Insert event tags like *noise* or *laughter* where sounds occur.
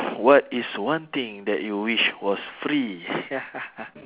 what is one thing that you wish was free *laughs*